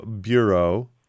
bureau